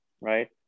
right